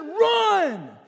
run